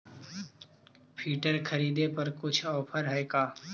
Filter खरिदे पर कुछ औफर है का?